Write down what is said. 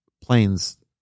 planes